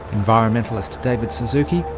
environmentalist david suzuki,